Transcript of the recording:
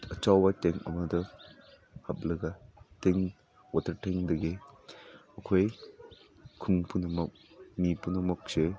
ꯑꯆꯧꯕ ꯇꯦꯡꯛ ꯑꯃꯗ ꯍꯥꯞꯂꯒ ꯇꯦꯡꯛ ꯋꯥꯇꯔ ꯇꯦꯡꯛꯗꯒꯤ ꯑꯩꯈꯣꯏ ꯈꯨꯟ ꯄꯨꯝꯅꯃꯛ ꯃꯤ ꯄꯨꯝꯅꯃꯛꯁꯦ